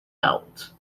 out